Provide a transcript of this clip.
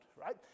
right